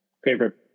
favorite